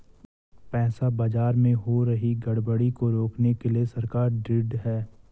पैसा बाजार में हो रही गड़बड़ी को रोकने के लिए सरकार ढृढ़ है